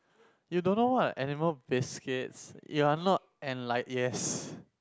you don't know what are animal biscuit you are not enlight~ yes